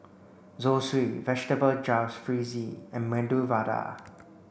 Zosui Vegetable Jalfrezi and Medu Vada